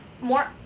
more